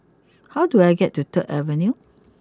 how do I get to third Avenue